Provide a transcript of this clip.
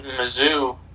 Mizzou